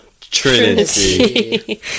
Trinity